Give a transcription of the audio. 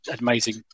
amazing